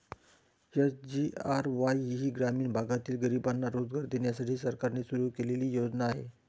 SGRY ही ग्रामीण भागातील गरिबांना रोजगार देण्यासाठी सरकारने सुरू केलेली योजना आहे